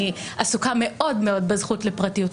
אני עסוקה מאוד מאוד בזכות לפרטיות,